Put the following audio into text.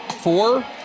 four